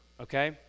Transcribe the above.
okay